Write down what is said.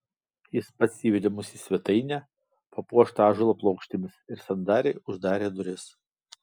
jis pats įvedė mus į svetainę papuoštą ąžuolo plokštėmis ir sandariai uždarė duris